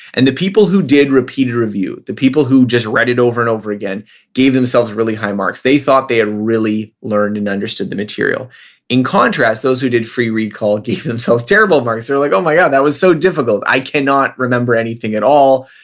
and the people who did repeated review, the people who just read it over and over again gave themselves really high marks. they thought they had ah really learned and understood the material in contrast, those who did free recall gave themselves terrible marks. they're like, oh my god, yeah that was so difficult. i cannot remember anything at all.